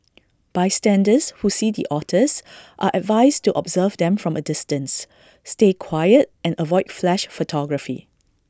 bystanders who see the otters are advised to observe them from A distance stay quiet and avoid flash photography